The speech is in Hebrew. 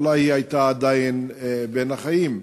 אולי היא הייתה עדיין בין החיים.